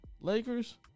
Lakers